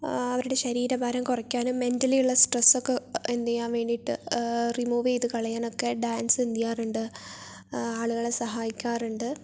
അവരുടെ ശരീരഭാരം കുറയ്ക്കാനും മെൻ്റലിയുള്ള സ്ട്രെസ്സൊക്കെ എന്തു ചെയ്യാൻ വേണ്ടിയിട്ട് റിമൂവ് ചെയ്ത് കളയാനൊക്കെ ഡാൻസ് എന്തു ചെയ്യാറുണ്ട് ആളുകളെ സഹായിക്കാറുണ്ട്